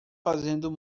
fazendo